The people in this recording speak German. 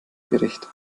gericht